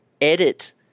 edit